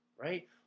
right